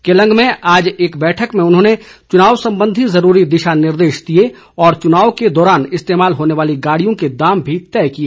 केलंग में आज एक बैठक में उन्होंने चुनाव संबंधी जरूरी दिशानिर्देश दिए और चुनाव के दौरान इस्तेमाल होने वाली गाड़ियों के दाम भी तय किए